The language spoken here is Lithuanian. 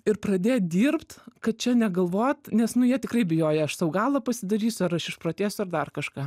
ir pradėt dirbt kad čia negalvot nes nu jie tikrai bijojo aš sau galą pasidarysiu ar aš išprotėsiu ar dar kažką